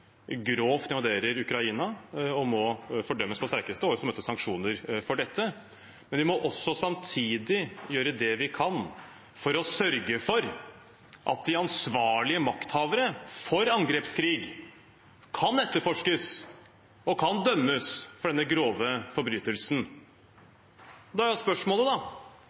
Ukraina, og må fordømmes på det sterkeste og må også møte sanksjoner for dette. Men vi må også samtidig gjøre det vi kan for å sørge for at de ansvarlige makthavere for angrepskrig kan etterforskes og kan dømmes for denne grove forbrytelsen.